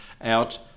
out